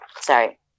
Sorry